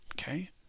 Okay